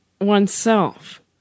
oneself